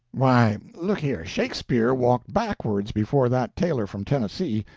why, look here shakespeare walked backwards before that tailor from tennessee,